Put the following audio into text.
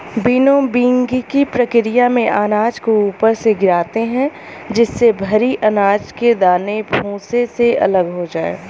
विनोविंगकी प्रकिया में अनाज को ऊपर से गिराते है जिससे भरी अनाज के दाने भूसे से अलग हो जाए